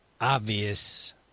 obvious